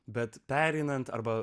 bet pereinant arba